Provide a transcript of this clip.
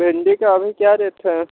भिंडी का अभी क्या रेट है